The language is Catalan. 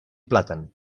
plàtan